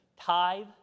tithe